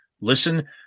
Listen